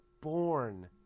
Born